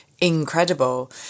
incredible